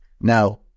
Now